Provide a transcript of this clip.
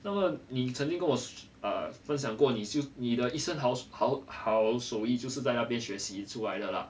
那么你曾经跟我 sh~ err 分享过你就你的一身好好好手艺就是在那边学习出来的啦